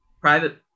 private